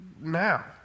Now